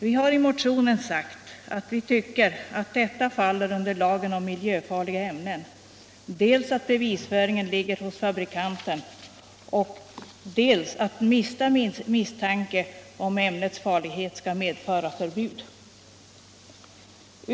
Vi har i motionen sagt dels att vi tycker detta faller under lagen om miljöfarliga ämnen, dels att bevisföringen ligger hos fabrikanterna och dels att minsta misstanke om ett ämnes farlighet skall medföra förbud mot dess användning.